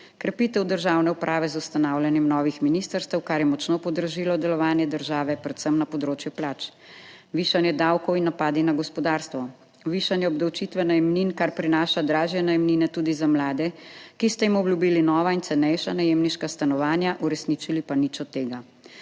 krepitev državne uprave z ustanavljanjem novih ministrstev, kar je močno podražilo delovanje države, predvsem na področju plač; višanje davkov in napadi na gospodarstvo; višanje obdavčitve najemnin, kar prinaša dražje najemnine tudi za mlade, ki ste jim obljubili nova in cenejša najemniška stanovanja, uresničili pa nič od tega.